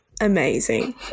amazing